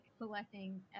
collecting